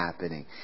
happening